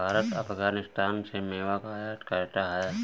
भारत अफगानिस्तान से मेवा का आयात करता है